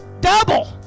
double